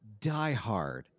diehard